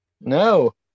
No